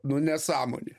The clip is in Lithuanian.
nu nesąmonė